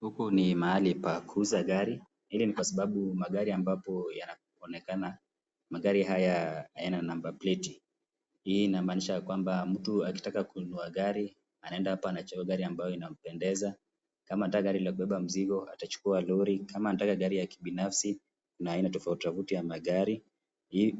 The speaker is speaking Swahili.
Huku ni mahali pa kuuza gari. Hii ni kwa sababu magari ambapo yanaonekana, magari haya hayana namba pleti. Hii inamaanisha mtu akitaka kununua gari anaenda hapo anachukua gari ambayo inampendeza. Kama anataka gari la kubeba mzigo anachukua lori kama anataka gari ya kibinafsi Kuna aina tofauti tofauti ya magari.